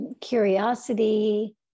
curiosity